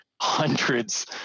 hundreds